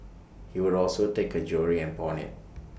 he would also take her jewellery and pawn IT